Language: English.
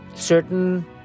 certain